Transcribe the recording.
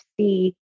see